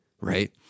right